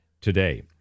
today